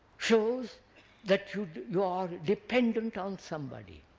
shows that you you are dependent on somebody,